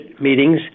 meetings